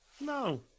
No